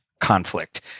conflict